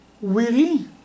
weary